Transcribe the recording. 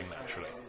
naturally